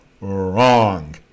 Wrong